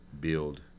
build